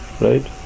right